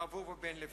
ועברו פה בין לבין.